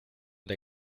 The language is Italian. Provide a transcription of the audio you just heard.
dei